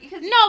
No